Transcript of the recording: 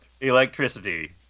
electricity